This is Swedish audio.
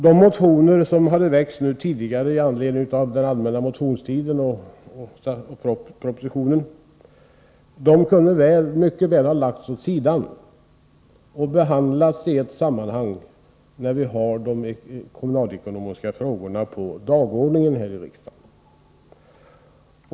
De motioner på detta område som väckts under den allmänna motionstiden och i anslutning till budgetpropositionen kunde mycket väl hållas åt sidan och behandlas i eft sammanhang, när vi har de kommunalekonomiska frågorna på dagordningen i riksdagen.